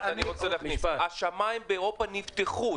השמיים באירופה נפתחו.